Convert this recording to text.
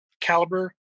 caliber